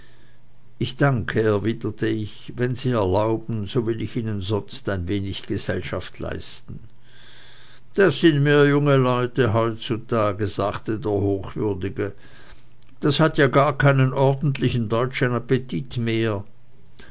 ich danke erwiderte ich wenn sie es erlauben so will ich ihnen sonst ein wenig gesellschaft leisten das sind mir junge leute heutzutage sagte der hochwürdige das hat ja gar keinen ordentlichen deutschen appetit mehr